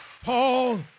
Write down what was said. Paul